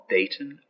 Dayton